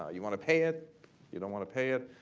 ah you want to pay it you don't want to pay it.